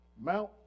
Mount